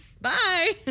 bye